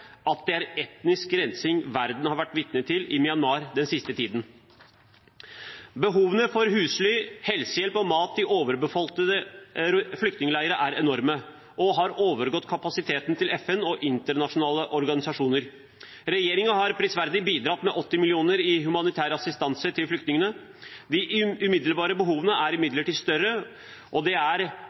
at det er etnisk rensing verden har vært vitne til i Myanmar den siste tiden? Behovene for husly, helsehjelp og mat i overbefolkede flyktningleirer er enorme og har overgått kapasiteten til FN og andre internasjonale organisasjoner. Regjeringen har prisverdig bidratt med 80 mill. kr i humanitær assistanse til flyktningene. De umiddelbare behovene er imidlertid større, og det er